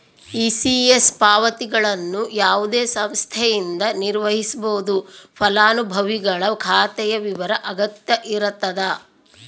ECS ಪಾವತಿಗಳನ್ನು ಯಾವುದೇ ಸಂಸ್ಥೆಯಿಂದ ನಿರ್ವಹಿಸ್ಬೋದು ಫಲಾನುಭವಿಗಳ ಖಾತೆಯ ವಿವರ ಅಗತ್ಯ ಇರತದ